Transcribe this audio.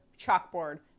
chalkboard